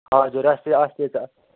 हजुर अस्ति अस्ति त